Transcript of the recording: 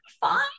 fine